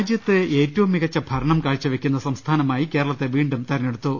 രാജ്യത്ത് ഏറ്റവും മികച്ച ഭരണം കാഴ്ച വെക്കുന്ന സംസ്ഥാനമായി കേരളത്തെ വീണ്ടും തെരഞ്ഞെടുത്തു